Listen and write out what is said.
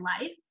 life